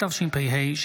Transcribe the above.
התשפ"ה 2024,